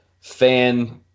fan